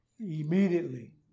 Immediately